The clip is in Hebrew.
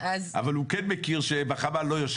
אבל הוא כן מכיר שבחמ"ל לא יושבים.